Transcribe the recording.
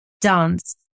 dance